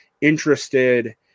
interested